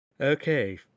Okay